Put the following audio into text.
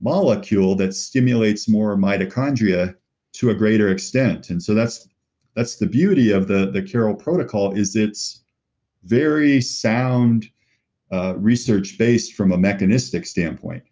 molecule that stimulates more mitochondria to a greater extent. and so that's that's the beauty of the the car o l protocol is its very sound research based from a mechanistic standpoint.